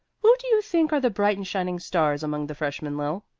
who do you think are the bright and shining stars among the freshmen, lil?